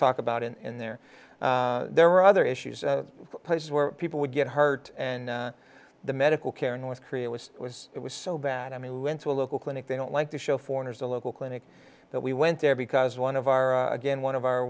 talk about it in there there were other issues places where people would get hurt and the medical care in north korea was was it was so bad i mean we went to a local clinic they don't like to show foreigners the local clinic that we went there because one of our again one of our